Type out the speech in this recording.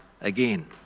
again